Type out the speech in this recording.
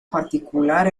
particular